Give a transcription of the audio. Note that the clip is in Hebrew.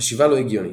חשיבה לא הגיונית.